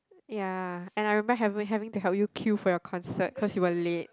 ya and I remember having having to help you queue for your concert cause you were late